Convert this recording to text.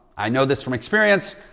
i know this from experience.